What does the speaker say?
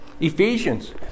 Ephesians